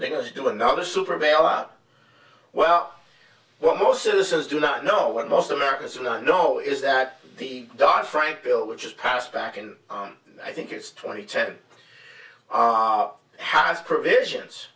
they're going to do another super bail out well what most citizens do not know when most americans do not know is that the dot frank bill which was passed back in on i think it's twenty ten are has provisions